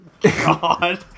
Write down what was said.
God